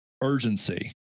urgency